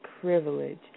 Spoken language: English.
privilege